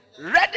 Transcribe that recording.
ready